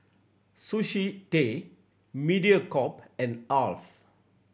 Sushi Tei Mediacorp and Alf